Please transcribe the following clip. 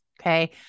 Okay